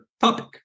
topic